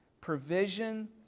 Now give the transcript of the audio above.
provision